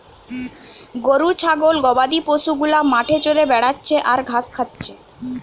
গরু ছাগল গবাদি পশু গুলা মাঠে চরে বেড়াচ্ছে আর ঘাস খাচ্ছে